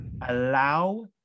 allow